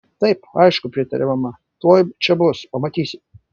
taip aišku pritarė mama tuoj čia bus pamatysi